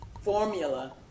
formula